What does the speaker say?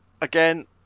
Again